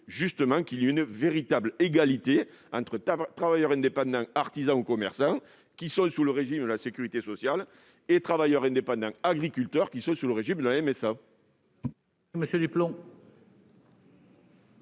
nous rétablirions une véritable égalité entre travailleurs indépendants artisans ou commerçants, qui sont placés sous le régime de la sécurité sociale, et travailleurs indépendants agriculteurs, qui se trouvent sous le régime de la MSA. La parole